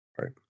Right